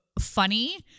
funny